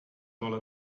pole